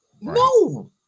No